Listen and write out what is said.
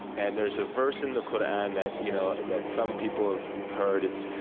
and there's a verse in the qur'an that you know that some people have heard. it's,